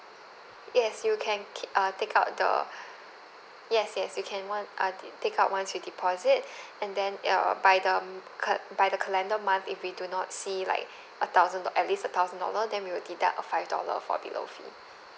yes you can keep uh take out the yes yes you can one uh take out once you deposit and then ya uh by the ca~ by the calendar month if we do not see like a thousand doll~ at least a thousand dollar then we will deduct a five dollar fall below fee